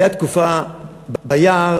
הייתה תקופה ביער,